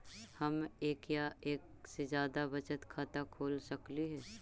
हम एक या एक से जादा बचत खाता खोल सकली हे?